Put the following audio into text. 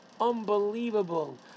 Unbelievable